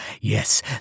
Yes